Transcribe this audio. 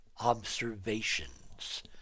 observations